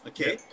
Okay